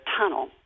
tunnel